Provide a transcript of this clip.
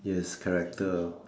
yes character